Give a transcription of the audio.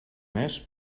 més